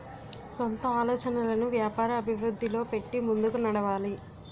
సొంత ఆలోచనలను వ్యాపార అభివృద్ధిలో పెట్టి ముందుకు నడవాలి